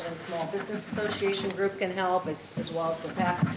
mall business association groups can help, as as well as the pec.